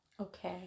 okay